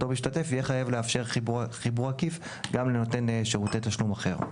אותו משתתף יהיה חייב לאפשר חיבור עקיף גם לנותן שירותי תשלום אחר.